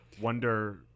Wonder